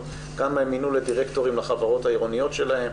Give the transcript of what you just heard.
כמה הם מינו לדירקטורים לחברות העירוניות שלהם,